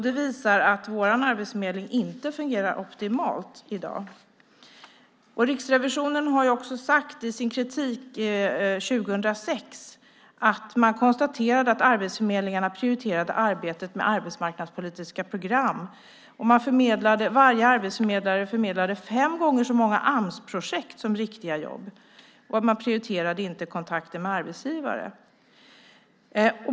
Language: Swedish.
Det visar att vår arbetsförmedling inte fungerar optimalt i dag. Riksrevisionen har sagt i sin kritik 2006 att arbetsförmedlingarna prioriterade arbetet med arbetsmarknadspolitiska program. Varje arbetsförmedlare förmedlade fem gånger så många Amsprojekt som riktiga jobb. Man prioriterade inte kontakten med arbetsgivare.